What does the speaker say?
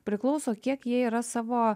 priklauso kiek jie yra savo